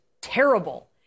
terrible